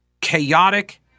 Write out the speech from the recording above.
chaotic